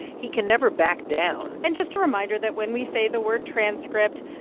he can never back down and just a reminder that when we say the word transcript,